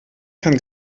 kann